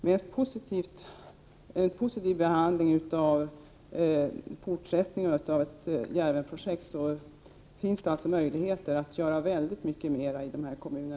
Med en positiv behandling i fortsättningen av Djärvenprojektet finns alltså möjligheter att göra väldigt mycket mera i dessa kommuner.